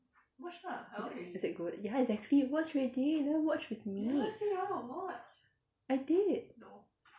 is it is it good ya exactly you watch already you never watch with me I did